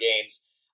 games